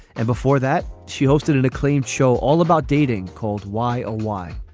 and before that she hosted an acclaimed show all about dating called why oh why.